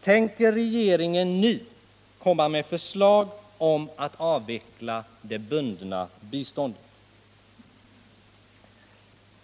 Tänker regeringen nu komma med förslag om att avveckla det bundna biståndet?